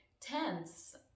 tense